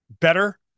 better